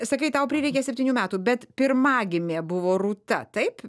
sakai tau prireikė septynių metų bet pirmagimė buvo rūta taip